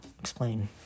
explain